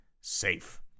safe